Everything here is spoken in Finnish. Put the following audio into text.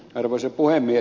arvoisa puhemies